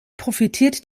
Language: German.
profitiert